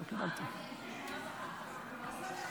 בבקשה.